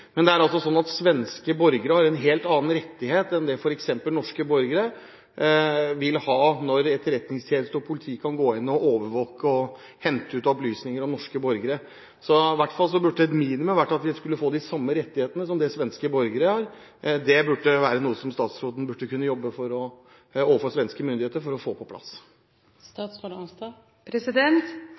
norske borgere har – når etterretningstjeneste og politi kan gå inn og overvåke og hente ut opplysninger om norske borgere. Et minimum burde i hvert fall være at vi skal få de samme rettighetene som svenske borgere har. Dette er noe som statsråden burde kunne jobbe med overfor svenske myndigheter, for å få det på